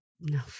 No